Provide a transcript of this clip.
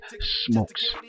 Smokes